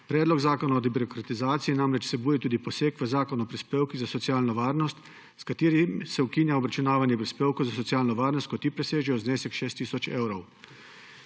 Predlog zakona o debirokratizaciji namreč vsebuje tudi poseg v Zakon o prispevkih za socialno varnost, s katerim se ukinja obračunavanje prispevkov za socialno varnost, ko le-ti presežejo znesek 6 tisoč evrov.